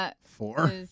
Four